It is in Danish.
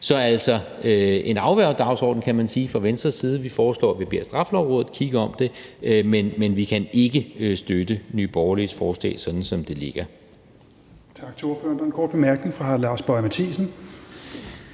Så altså en afværgedagsorden, kan man sige, fra Venstres side; vi foreslår, at vi beder Straffelovrådet kigge på det. Men vi kan ikke støtte Nye Borgerliges forslag, som det ligger.